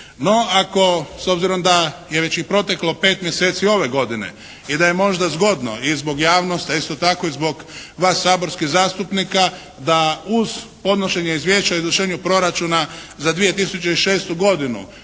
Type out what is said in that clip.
No ako, s obzirom da je već i proteklo 5 mjeseci ove godine i da je možda zgodno i zbog javnosti, a isto tako i zbog vas saborskih zastupnika da uz podnošenje izvješća o izvršenju Proračuna za 2006. godinu